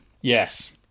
Yes